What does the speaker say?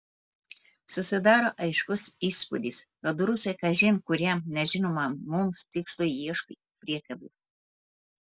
susidaro aiškus įspūdis kad rusai kažin kuriam nežinomam mums tikslui ieško priekabių